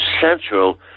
central